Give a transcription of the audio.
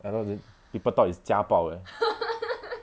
!hannor! then people thought is 家暴 eh